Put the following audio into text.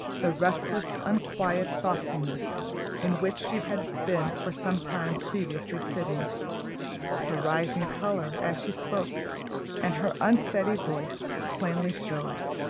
the restless, unquiet thoughtfulness in which she had been for some time previously sitting her rising colour, as she spoke and her unsteady voice, plainly shewed.